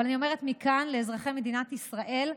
אבל אני אומרת מכאן לאזרחי מדינת ישראל,